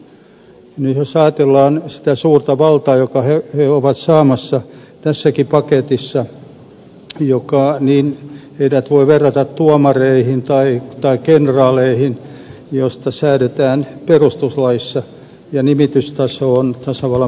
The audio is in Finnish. nyt jos ajatellaan sitä suurta valtaa jonka he ovat saamassa tässäkin paketissa heitä voi verrata tuomareihin tai kenraaleihin joista säädetään perustuslaissa ja joiden nimitystaso on tasavallan presidentti